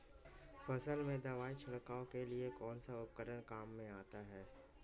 फसल में दवाई छिड़काव के लिए कौनसा उपकरण काम में आता है?